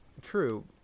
True